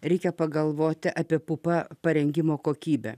reikia pagalvoti apie pupą parengimo kokybę